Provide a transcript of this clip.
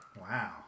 Wow